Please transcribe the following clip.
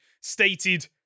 stated